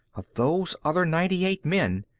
of those other ninety-eight men.